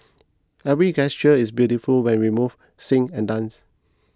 every gesture is beautiful when we move sing and dance